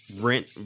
rent